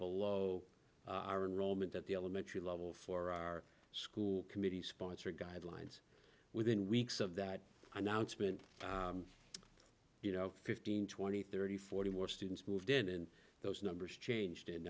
below our own role meant at the elementary level for our school committee sponsored guidelines within weeks of that announcement you know fifteen twenty thirty forty more students moved in and those numbers changed